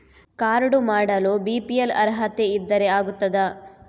Card ಮಾಡಲು BPL ಅರ್ಹತೆ ಇದ್ದರೆ ಆಗುತ್ತದ?